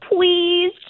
Please